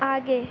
आगे